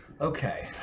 Okay